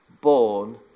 born